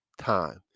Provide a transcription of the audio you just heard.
time